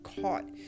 caught